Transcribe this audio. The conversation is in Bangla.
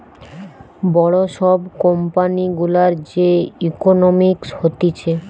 বড় সব কোম্পানি গুলার যে ইকোনোমিক্স হতিছে